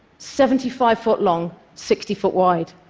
seventy-five foot long, sixty foot wide.